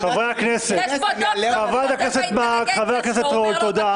חברת הכנסת מארק, חבר הכנסת רול, תודה.